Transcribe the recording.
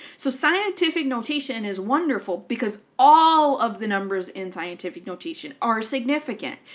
so scientific notation is wonderful because all of the numbers in scientific notation are significant,